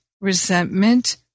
resentment